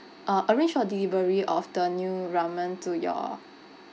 uh arrange for delivery of the new ramen to your